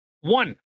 one